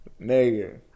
nigga